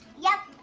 yep,